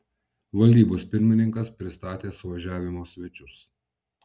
valdybos pirmininkas pristatė suvažiavimo svečius